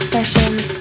Sessions